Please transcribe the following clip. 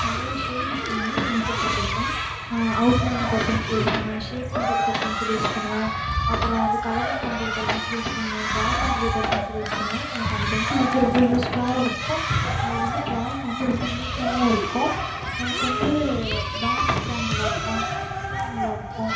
நிறைய ஷேடிங்ஸில் வந்து பென்சில்ஸ் வச்சிருக்கேன் அவுட் லைனுக்கு ஒரு பென்சில் யூஸ் பண்ணுவேன் ஷேட் பண்ணுறதுக்கு ஒரு பென்சில் யூஸ் பண்ணுவேன் அப்புறோம் வந்து கலரிங் பண்ணுறதுக்கு ஒரு பென்சில் யூஸ் பண்ணுவேன் டிரா பண்ணுறதுக்கு ஒரு பென்சில் யூஸ் பண்ணுவேன் எனக்கு அந்த பென்சில் வந்து ரொம்ப யூஸ்ஃபுல்லாகவும் இருக்கும் அது வந்து டிராயிங் வந்து ரொம்ப நீட்டாகவும் இருக்கும் எனக்கு வந்து டாம்ஸ் பிராண்ட் நல்லாயிருக்கும் அப்சரா நல்லாயிருக்கும்